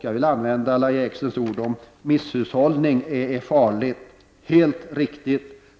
Jag vill använda Lahja Exners egna ord om att misshushållning är farligt. Det är helt riktigt!